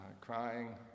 Crying